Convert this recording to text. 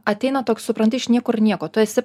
ateina toks supranti iš niekur nieko tu esi